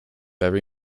every